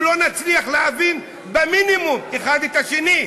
לא נצליח להבין במינימום האחד את השני?